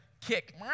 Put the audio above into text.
kick